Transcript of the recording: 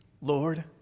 Lord